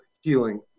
healing